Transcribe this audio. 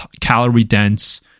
calorie-dense